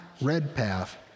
Redpath